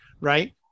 right